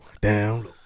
down